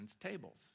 tables